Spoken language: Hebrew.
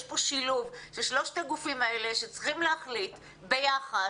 יש פה שילוב של שלושת הגופים האלה שצריכים להחליט ביחד